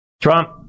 Trump